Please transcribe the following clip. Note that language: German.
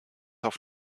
auf